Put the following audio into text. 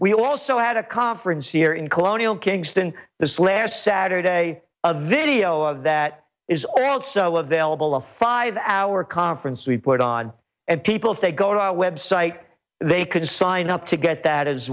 we also had a conference here in colonial kingston this last saturday a video of that is also available a five hour conference we put on and people if they go to our website they could sign up to get that as